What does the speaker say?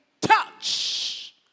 touch